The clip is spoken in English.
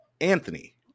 Anthony